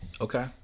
Okay